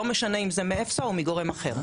לא משנה אם זה מאפס"ה או מגורם אחר.